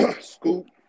Scoop